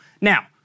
Now